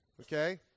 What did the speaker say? Okay